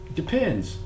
depends